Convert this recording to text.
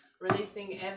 releasing